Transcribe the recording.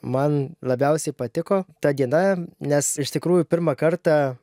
man labiausiai patiko ta diena nes iš tikrųjų pirmą kartą